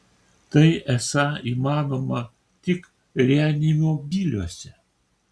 tai esą įmanoma tik reanimobiliuose